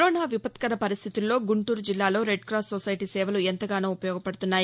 corona విపత్కర పరిస్థితుల్లో గుంటూరు జిల్లాలో రెడ్కాస్ సోసైటీ సేవలు ఎంతగానో ఉపయోగపడు తున్నాయి